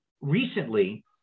recently